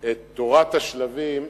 את תורת השלבים,